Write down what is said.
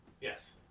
Yes